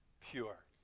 pure